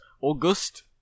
August